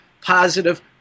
positive